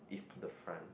is to the front